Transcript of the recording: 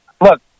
Look